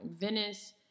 Venice